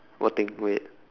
what thing wait